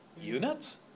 Units